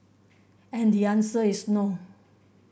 and the answer is no